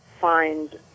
find